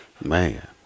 Man